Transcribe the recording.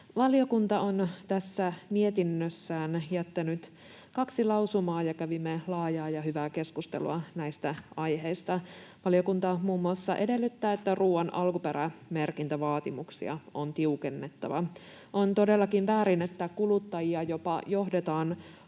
Valiokunta on tässä mietinnössään jättänyt kaksi lausumaa, ja kävimme laajaa ja hyvää keskustelua näistä aiheista. Valiokunta muun muassa edellyttää, että ruoan alkuperämerkintävaatimuksia on tiukennettava. On todellakin väärin, että kuluttajia jopa johdetaan harhaan